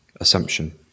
assumption